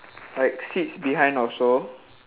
like seats behind also